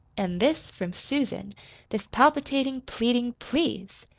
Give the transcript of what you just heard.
and this from susan this palpitating, pleading please!